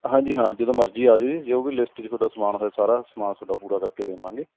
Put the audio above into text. ਹਾਂਜੀ ਹਾਂ ਜਦੋਂ ਮਰਜ਼ੀ ਆ ਜਾਓ ਜੀ ਜੋ ਵੀ ਲਿਸਟ ਚ ਤੁਹਾਡਾ ਸਮਾਨ ਹੋਇਆ ਸਾਰਾ ਸਮਾਨ ਤੁਹਾਡਾ ਪੂਰਾ ਕਰਕੇ ਦੇਵਾਂਗੇ